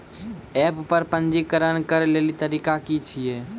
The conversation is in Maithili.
एप्प पर पंजीकरण करै लेली तरीका की छियै?